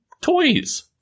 toys